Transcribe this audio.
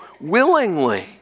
willingly